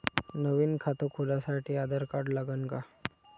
नवीन खात खोलासाठी आधार कार्ड लागन का?